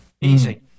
Easy